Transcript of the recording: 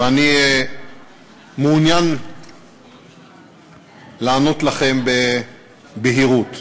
ואני מעוניין לענות לכם בבהירות.